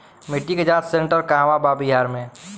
मिटी के जाच सेन्टर कहवा बा बिहार में?